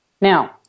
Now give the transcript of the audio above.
Now